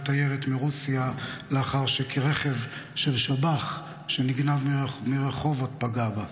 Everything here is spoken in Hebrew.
תיירת מרוסיה לאחר שרכב של שב"ח שנגנב מרחובות פגע בה.